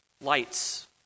lights